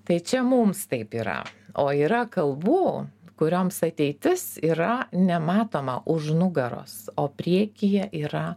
tai čia mums taip yra o yra kalbų kurioms ateitis yra nematoma už nugaros o priekyje yra